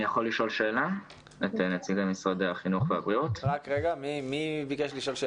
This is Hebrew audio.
אני מבקש לשאול שאלה לפני כן, האם אני יכול?